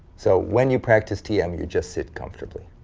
so when you practice tm, you just sit comfortably.